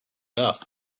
enough